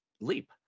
leap